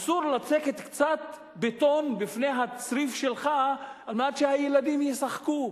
אסור לצקת קצת בטון לפני הצריף שלך על מנת שהילדים ישחקו.